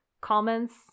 comments